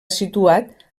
situat